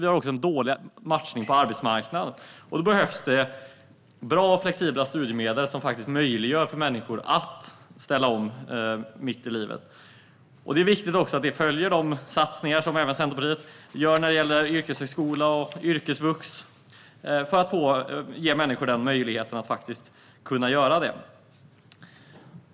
Vi har också en dålig matchning på arbetsmarknaden. Då behövs det bra och flexibla studiemedel som möjliggör för människor att ställa om mitt i livet. Det är också viktigt att vi följer de satsningar som även Centerpartiet gör när det gäller yrkeshögskola och yrkesvux för att ge människor möjligheten att göra detta.